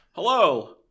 Hello